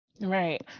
right